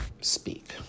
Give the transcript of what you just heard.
speak